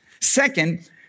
Second